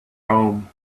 home